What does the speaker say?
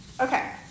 Okay